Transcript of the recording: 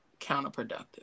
counterproductive